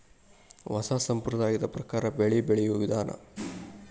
ಹೊಸಾ ಸಂಪ್ರದಾಯದ ಪ್ರಕಾರಾ ಬೆಳಿ ಬೆಳಿಯುವ ವಿಧಾನಾ